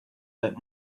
bit